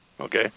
okay